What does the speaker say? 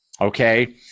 Okay